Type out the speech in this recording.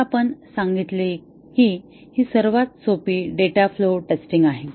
तर आपण सांगितले की ही सर्वात सोपी डेटा फ्लो टेस्टिंग आहे